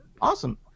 Awesome